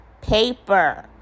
paper